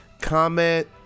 Comment